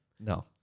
No